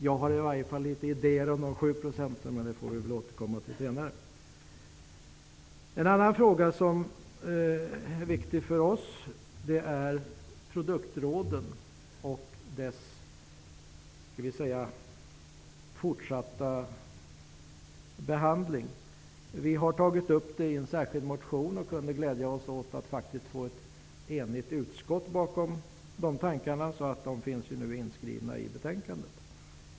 Jag har i varje fall idéer om hur dessa 7 % skall placeras, men detta får vi återkomma till senare. En annan fråga som är viktig för oss är produktrådens fortsatta verksamhet. Vi har tagit upp det i en särskild motion och kunnat glädja oss åt att vi har fått ett enigt utskott bakom motionen, så tankegångarna i den finns inskrivna i betänkandet.